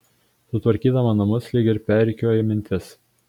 sutvarkydama namus lyg ir perrikiuoju mintis